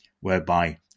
whereby